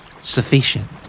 Sufficient